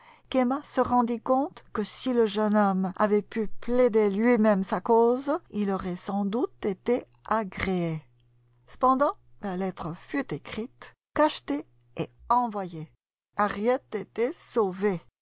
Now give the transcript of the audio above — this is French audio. qu'emma se rendit compte que si le jeune homme avait pu plaider lui-même sa cause il aurait sans doute été agréé cependant la lettre fut écrite cachetée et envoyée harriet était sauvée